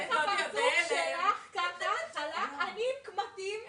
אתם כגוף ממשלתי חייבים לעשות את המחקר הזה עבור כלל המגזרים כדי להבין